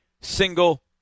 single